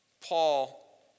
Paul